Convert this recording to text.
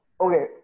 Okay